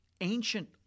ancient